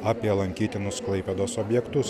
apie lankytinus klaipėdos objektus